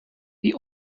the